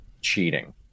cheating